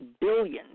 billions